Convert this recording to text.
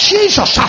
Jesus